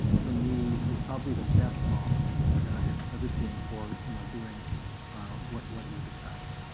for me, is probably the best model that i have ever seen for you know doing what what you're describing.